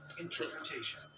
interpretation